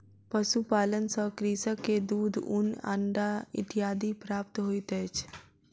पशुपालन सॅ कृषक के दूध, ऊन, अंडा इत्यादि प्राप्त होइत अछि